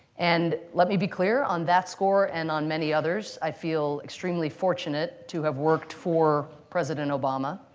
and let me be clear. on that score and on many others, i feel extremely fortunate to have worked for president obama,